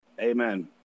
Amen